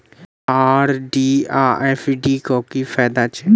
RD आ FD क की फायदा छै?